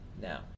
now